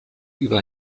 über